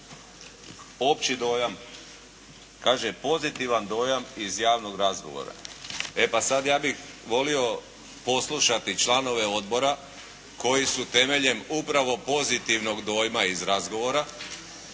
opći dojam, kaže pozitivan dojam iz javnog razgovora. E pa sad, ja bih volio poslušati članove odbora koji su temeljem upravo pozitivnog dojma iz razgovora